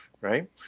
right